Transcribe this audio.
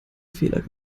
fehler